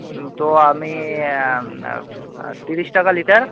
তো আমি তিরিশ টাকা লিটার